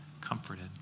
comforted